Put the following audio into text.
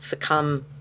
succumb